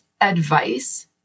advice